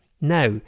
Now